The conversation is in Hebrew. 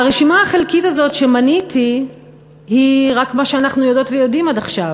הרשימה החלקית הזאת שמניתי היא רק מה שאנחנו יודעות ויודעים עד עכשיו,